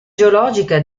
geologica